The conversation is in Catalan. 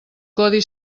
codi